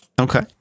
Okay